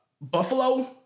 Buffalo